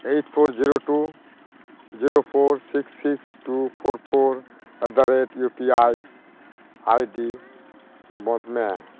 eight four zero two zero four six six two four four at the rate U P I ID ᱵᱚᱱᱫ ᱢᱮ